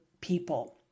people